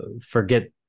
forget